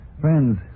Friends